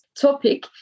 topic